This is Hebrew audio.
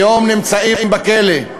היום נמצאים בכלא,